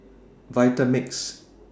Vitamix